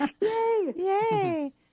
Yay